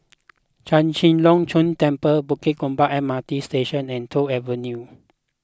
Chek Chai Long Chuen Temple Bukit Gombak M R T Station and Toh Avenue